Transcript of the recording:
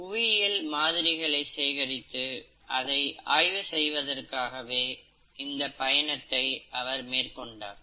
புவியியல் மாதிரிகளை சேகரித்து அதை ஆய்வு செய்வதற்காகவே இந்த பயணத்தை அவர் மேற்கொண்டார்